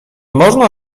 można